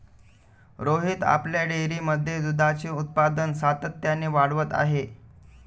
रोहित आपल्या डेअरीमध्ये दुधाचे उत्पादन सातत्याने वाढवत आहे